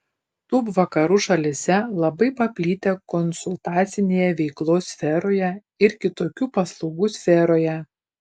tūb vakarų šalyse labai paplitę konsultacinėje veiklos sferoje ir kitokių paslaugų sferoje